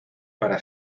para